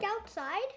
outside